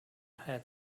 had